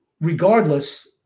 Regardless